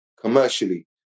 commercially